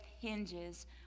hinges